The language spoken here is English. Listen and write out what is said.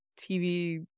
TV